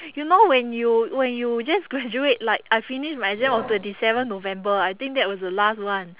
you know when you when you just graduate like I finish my exam on twenty seven november I think that was the last one